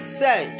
say